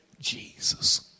Jesus